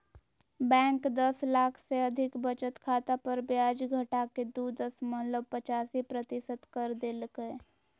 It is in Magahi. बैंक दस लाख से अधिक बचत खाता पर ब्याज घटाके दू दशमलब पचासी प्रतिशत कर देल कय